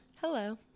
Hello